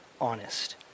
honest